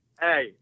Hey